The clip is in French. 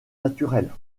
naturelle